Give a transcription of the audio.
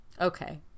Okay